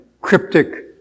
cryptic